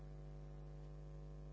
Hvala